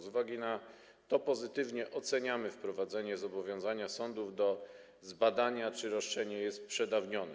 Z uwagi na to pozytywnie oceniamy wprowadzenie zobowiązania sądów do zbadania, czy roszczenie jest przedawnione.